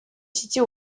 situe